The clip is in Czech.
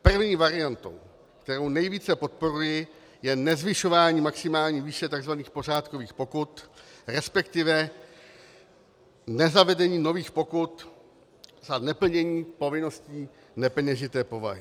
První variantou, kterou nejvíce podporuji, je nezvyšování maximální výše takzvaných pořádkových pokut, resp. nezavedení nových pokut za neplnění povinností nepeněžité povahy.